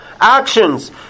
actions